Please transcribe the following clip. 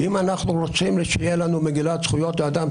אם אנחנו רוצים שתהיה לנו מגילת זכויות האדם,